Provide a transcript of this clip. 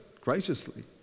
graciously